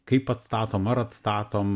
kaip atstatom ar atstatom